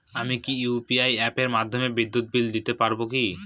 আমি কি ইউ.পি.আই অ্যাপের মাধ্যমে বিদ্যুৎ বিল দিতে পারবো কি?